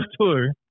tour